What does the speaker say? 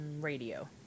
radio